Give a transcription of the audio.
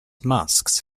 masks